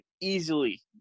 easily